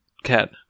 cat